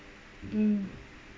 mm